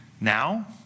Now